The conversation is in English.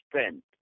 spent